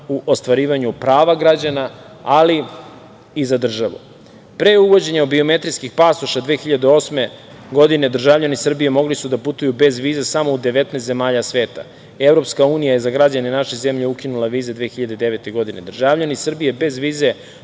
u ostvarivanju prava građana, ali i za državu. Pre uvođenja biometrijskih pasoša 2008. godine državljani Srbije mogli su da putuju bez viza samo u 19 zemalja sveta. Evropska unija je za građane naše zemlje ukinula vize 2009. godine. Državljani Srbije bez vize